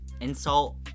insult